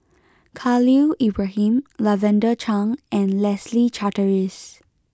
Khalil Ibrahim Lavender Chang and Leslie Charteris